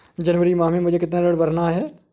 जनवरी माह में मुझे कितना ऋण भरना है?